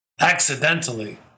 accidentally